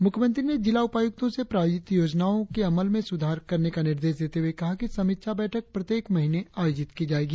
मुख्यमंत्री ने जिला उपायुक्तों से प्रायोजित योजनाओं के अमल में सुधार करने का निर्देश देते हुए कहा कि समीक्षा बैठक प्रत्येक महीने आयोजित की जायेगी